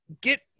get